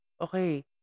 okay